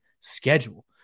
schedule